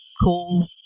cool